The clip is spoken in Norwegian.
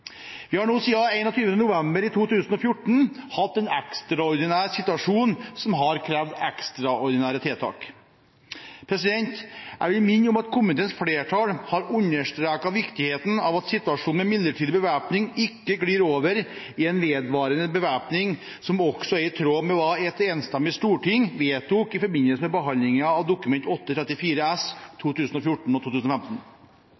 Vi har siden 21. november 2014 hatt en «ekstraordinær» situasjon som har krevd ekstraordinære tiltak. Jeg vil minne om at komiteens flertall har understreket viktigheten av at situasjonen med midlertidig bevæpning ikke glir over i en vedvarende bevæpning, som også er i tråd med hva et enstemmig storting vedtok i forbindelse med behandlingen av Dokument 8:34 S